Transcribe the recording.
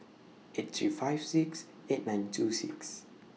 eight three five six eight nine two six